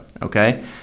Okay